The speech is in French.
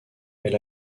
elle